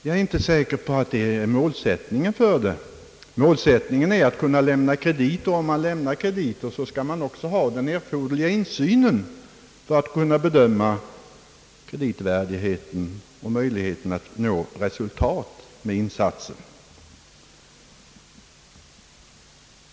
Jag är inte säker på att det är målsättningen för banken. Målsättningen är att kunna lämna kredit, och om man lämnar krediter skall man också ha den erforderliga insynen för att kunna bedöma kreditvärdigheten och möjligheten att nå resultat med insatsen.